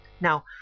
Now